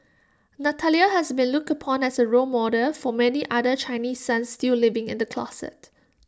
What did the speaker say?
Natalia has been looked upon as A role model for many other Chinese sons still living in the closet